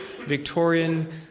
Victorian